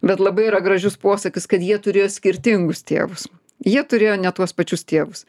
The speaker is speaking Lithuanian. bet labai yra gražius posakis kad jie turėjo skirtingus tėvus jie turėjo ne tuos pačius tėvus